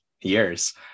years